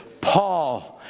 Paul